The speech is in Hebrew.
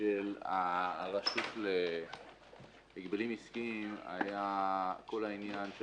של הרשות להגבלים עסקיים היה כל העניין של